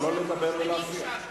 אבל לא לדבר ולהפריע.